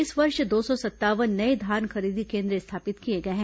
इस वर्ष दो सौ संतावन नये धान खरीदी केन्द्र स्थापित किए गए हैं